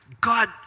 God